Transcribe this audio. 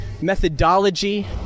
methodology